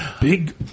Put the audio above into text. Big